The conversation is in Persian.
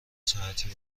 ساعتی